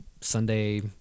Sunday